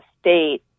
state